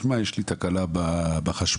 יש לי תקלה בחשמל,